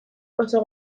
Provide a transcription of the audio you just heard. oso